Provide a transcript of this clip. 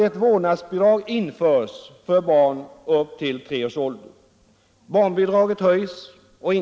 Ett vårdnadsbidrag införs för barn upp till tre års ålder. 10.